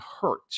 hurt